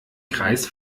kreis